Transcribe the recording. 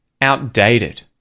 outdated